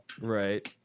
right